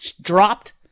dropped